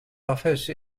office